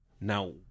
now